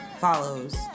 follows